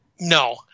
No